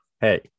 hey